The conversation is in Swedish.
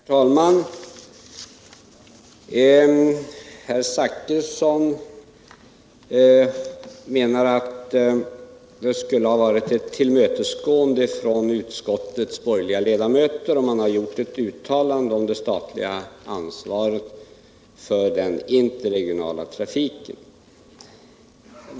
Herr talman! Bertil Zachrisson menar att det skulle ha varit ett tillmötesgående från utskottets borgerliga ledamöter, om man hade gjort ett uttalande om det statliga ansvaret för den interregionala trafiken.